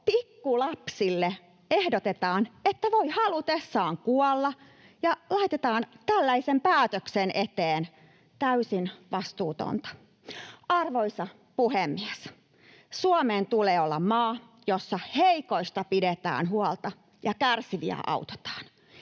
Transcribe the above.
pikkulapsille ehdotetaan, että voi halutessaan kuolla, ja heidät laitetaan tällaisen päätöksen eteen? Täysin vastuutonta. Arvoisa puhemies! Suomen tulee olla maa, jossa heikoista pidetään huolta ja kärsiviä autetaan.